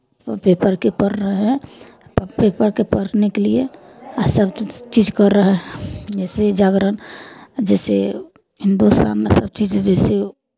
पेपरकेँ पढ़ रहै हइ प् पेपरके पढ़नेके लिए आ सभ चीज कर रहै जइसे जागरण जइसे हिन्दुस्तान सभ चीज जइसे